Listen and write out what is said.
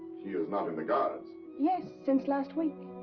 he is not in the guards. yes, since last week.